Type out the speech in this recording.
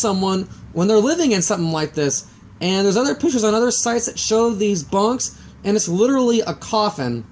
someone when they're living in something like this and there's other pieces on other sites that show these bugs and it's literally a cough and